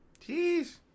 Jeez